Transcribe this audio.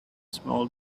small